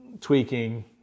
tweaking